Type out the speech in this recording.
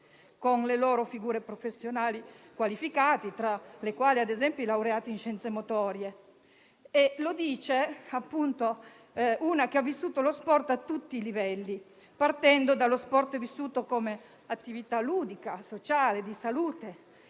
con le loro figure professionali qualificate, tra le quali, ad esempio, i laureati in scienze motorie. Lo dice una persona che ha vissuto lo sport a tutti i livelli, partendo dallo sport vissuto come attività ludica, sociale e di salute,